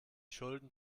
schulden